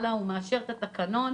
הוא מאשר התקנון